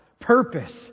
Purpose